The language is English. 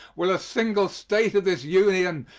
will a single state of this union,